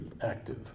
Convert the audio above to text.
active